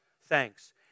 thanks